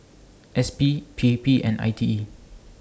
S P P A P and I T E